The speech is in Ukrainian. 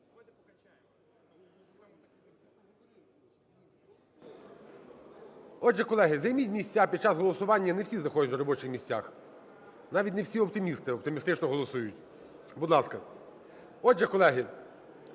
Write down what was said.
Отже, колеги, займіть місця під час голосування, не всі знаходяться на робочих місцях. Навіть не всі оптимісти оптимістично голосують. Будь ласка. Отже, колеги…